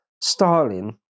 Stalin